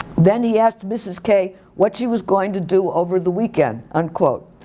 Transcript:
then he asked mrs. k what she was going to do over the weekend, unquote.